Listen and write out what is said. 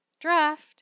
draft